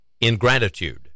ingratitude